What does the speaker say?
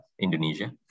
Indonesia